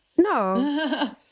No